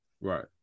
Right